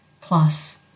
plus